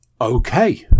Okay